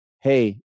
hey